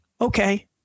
Okay